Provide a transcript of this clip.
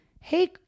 hey